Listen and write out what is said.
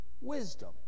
wisdom